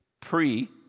pre